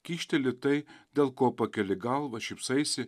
kyšteli tai dėl ko pakeli galvą šypsaisi